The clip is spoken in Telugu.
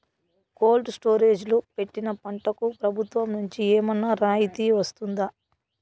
కోల్డ్ స్టోరేజ్ లో పెట్టిన పంటకు ప్రభుత్వం నుంచి ఏమన్నా రాయితీ వస్తుందా?